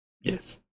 Yes